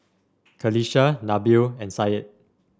Qalisha Nabil and Syed